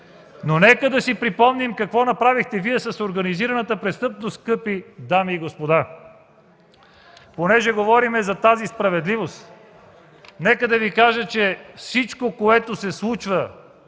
Нека да си припомним какво направихте Вие с организираната престъпност, скъпи дами и господа! Понеже говорим за справедливост, всичко, което се случва